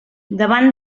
davant